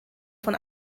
von